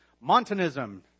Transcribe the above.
Montanism